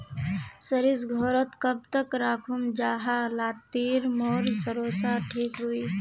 सरिस घोरोत कब तक राखुम जाहा लात्तिर मोर सरोसा ठिक रुई?